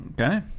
Okay